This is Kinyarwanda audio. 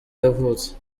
yavutse